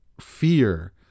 fear